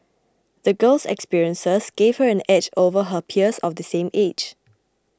the girl's experiences gave her an edge over her peers of the same age